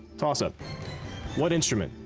toss-up what instrument,